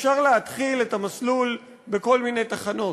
אפשר להתחיל את המסלול בכל מיני תחנות.